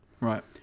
Right